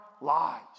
lies